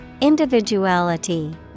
Individuality